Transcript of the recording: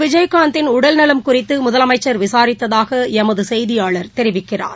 விஜயகாந்தின் உடல்நலம் குறித்துமுதலமைச்சள் விசாரித்ததாகளமதுசெய்தியாளா் தெரிவிக்கிறார்